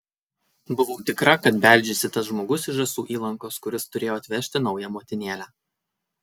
buvau tikra kad beldžiasi tas žmogus iš žąsų įlankos kuris turėjo atvežti naują motinėlę